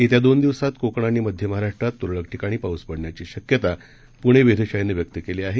येत्या दोन दिवसात कोकण आणि मध्य महाराष्ट्रात तुरळक ठिकाणी पाऊस पडण्याची शक्यता पुणे वेधशाळेनं व्यक्त केली आहे